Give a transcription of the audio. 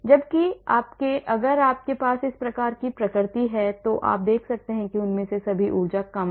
जबकि अगर आपके पास इस प्रकार की विकृति है तो आप देख सकते हैं कि उनमें से सभी ऊर्जा कम है